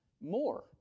more